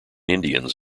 indians